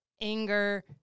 anger